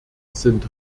sind